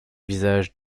visage